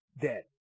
dead